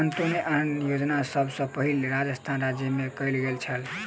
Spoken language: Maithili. अन्त्योदय अन्न योजना सभ सॅ पहिल राजस्थान राज्य मे कयल गेल छल